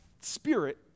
spirit